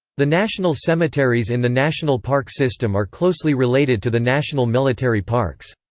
the national cemeteries in the national park system are closely related to the national military parks.